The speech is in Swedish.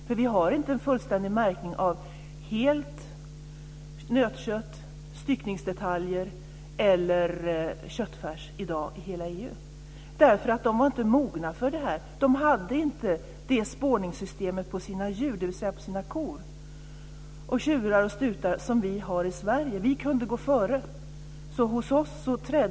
Vi har inte en fullständig märkning av helt nötkött, styckningsdetaljer eller köttfärs i dag i hela EU. Man var inte mogen för det. Man hade inte det spårningssystemet på sina djur, dvs. på sina kor, tjurar och stutar, som vi har i Sverige. Vi kunde gå före.